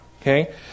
Okay